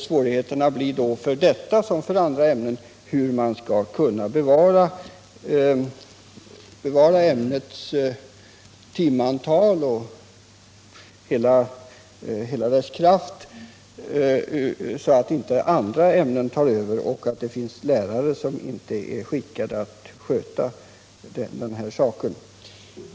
Svårigheten blir då för detta som för andra ämnen hur man skall kunna bevara ämnets timantal så att inte andra ämnen tar över — det finns lärare som inte är skickade att sköta den saken.